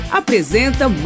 apresenta